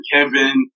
Kevin